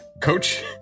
Coach